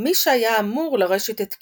ומי שהיה אמור לרשת את כיסאו.